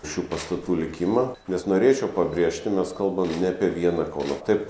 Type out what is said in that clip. šių pastatų likimą nes norėčiau pabrėžti mes kalbam ne apie vieną kauno taip